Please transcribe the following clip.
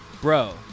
bro